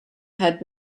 had